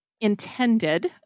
intended